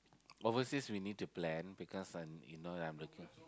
overseas we need to plan because uh you know that I'm looking